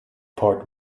port